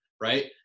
right